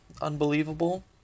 unbelievable